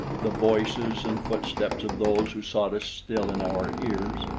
the voices and footsteps of those who sought us still in our ears.